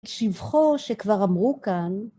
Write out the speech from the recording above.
שבחו שכבר אמרו כאן